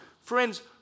Friends